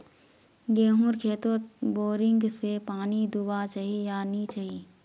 गेँहूर खेतोत बोरिंग से पानी दुबा चही या नी चही?